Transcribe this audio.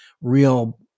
real